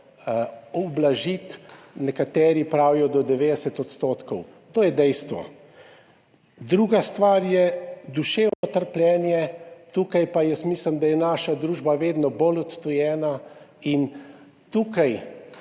ublažiti. Nekateri pravijo, da 90 odstotkov. To je dejstvo. Druga stvar je duševno trpljenje, tukaj pa jaz mislim, da je naša družba vedno bolj odtujena in tukaj